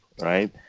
right